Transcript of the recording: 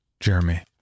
Jeremy